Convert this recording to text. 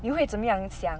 你会怎么样想